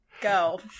go